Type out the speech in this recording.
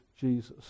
Jesus